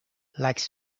likes